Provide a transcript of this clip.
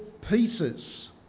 pieces